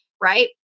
right